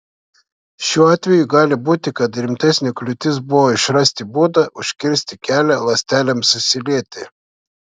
šiuo atveju gali būti kad rimtesnė kliūtis buvo išrasti būdą užkirsti kelią ląstelėms susilieti